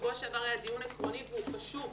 שבוע שעבר היה לנו דיון עקרוני והוא שוב,